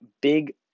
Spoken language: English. big